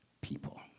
people